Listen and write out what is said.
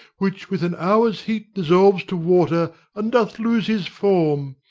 which with an hour's heat dissolves to water and doth lose his form.